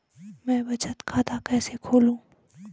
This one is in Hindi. मैं बचत खाता कैसे खोलूँ?